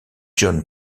john